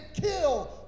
kill